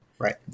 Right